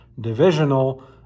divisional